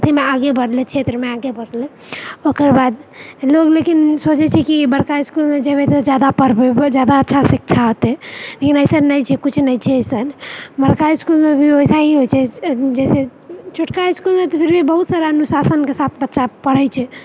आगे बढ़लै क्षेत्रमे आगे बढ़लै ओकर बाद लोग लेकिन सोचै छै कि बड़का इस्कूलमे जेबै तऽ ज्यादा पढ़बै ज्यादा अच्छा शिक्षा अयतै लेकिन अइसन नइँ छै कुछ नइँ छै अइसन बड़का इस्कूलमे भी वैसे ही होइ छै जइसे छोटका इस्कूलमे तऽ फिर भी बहुत सारा अनुशासनकऽ साथ बच्चा पढ़ै छै